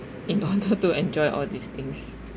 in order to enjoy all these things